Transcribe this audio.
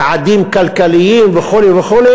יעדים כלכליים, וכו' וכו'.